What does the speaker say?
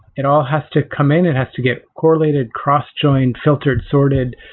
it all has to come in. it has to get correlated, cross-joined, filtered sorted,